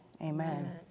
Amen